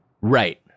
right